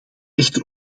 echter